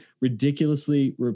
ridiculously